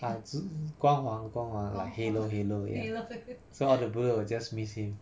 but 主光环光环 like halo halo ya so all the bullet will just miss him